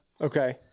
okay